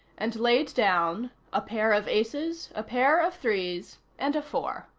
and laid down a pair of aces, a pair of threes and a four.